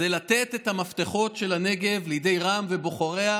זה לתת את המפתחות של הנגב לידי רע"מ ובוחריה,